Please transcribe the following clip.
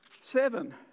seven